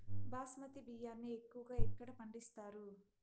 బాస్మతి బియ్యాన్ని ఎక్కువగా ఎక్కడ పండిస్తారు?